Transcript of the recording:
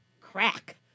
crack